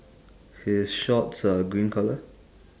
his shorts are green colour